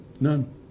None